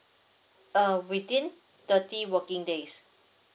uh within thirty working days